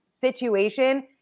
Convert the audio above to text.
situation